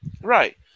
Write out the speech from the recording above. Right